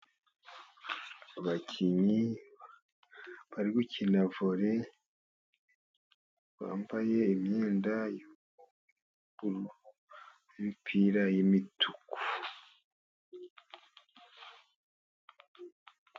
abakinnyi bari gukina vole, bambaye imyenda y'umukara imipira y'imituku.